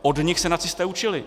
Od nich se nacisté učili.